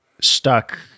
Stuck